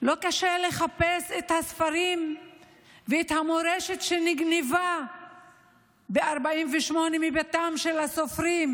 לא קשה לחפש את הספרים ואת המורשת שנגנבה ב-48' מביתם של הסופרים,